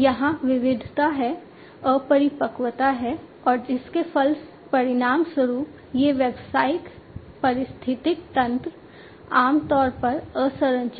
यहां विविधता है अपरिपक्वता है और जिसके परिणामस्वरूप ये व्यावसायिक पारिस्थितिकी तंत्र आमतौर पर असंरचित हैं